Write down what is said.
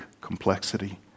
complexity